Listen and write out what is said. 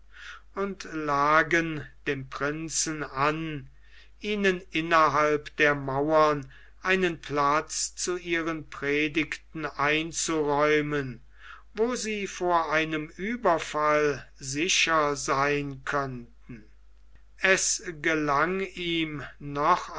und lagen dem prinzen an ihnen innerhalb der mauern einen platz zu ihren predigten einzuräumen wo sie vor einem ueberfall sicher sein köunten meurs guil aur libr i es gelang ihm noch